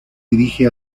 dirige